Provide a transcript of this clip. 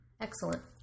Excellent